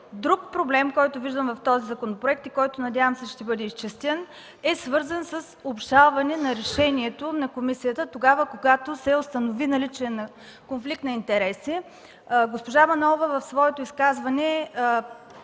Другият проблем, който виждам в този законопроект и се надявам, че ще бъде изчистен, е свързан с обжалване на решението на комисията тогава, когато се установи наличие на конфликт на интереси. Госпожа Манолова в своето изказване